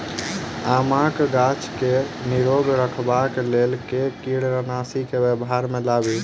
आमक गाछ केँ निरोग रखबाक लेल केँ कीड़ानासी केँ व्यवहार मे लाबी?